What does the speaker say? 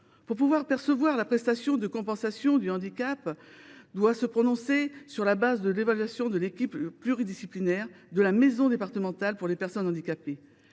puisse percevoir la prestation de compensation du handicap, la CDAPH doit se prononcer sur la base de l’évaluation de l’équipe pluridisciplinaire de la maison départementale des personnes handicapées.